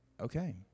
okay